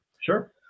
Sure